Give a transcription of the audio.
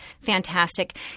fantastic